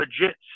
legit